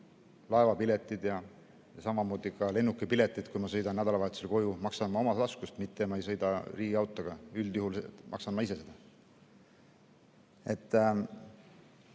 laevapiletid ja samamoodi ka lennukipiletid, kui ma sõidan nädalavahetusel koju, maksan ma omast taskust, mitte ma ei sõida riigiautoga, üldjuhul maksan ise seda.